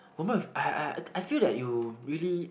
I I I feel that you really